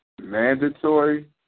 mandatory